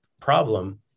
problem